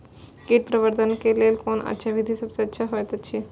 कीट प्रबंधन के लेल कोन अच्छा विधि सबसँ अच्छा होयत अछि?